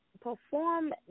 Perform